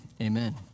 amen